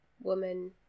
woman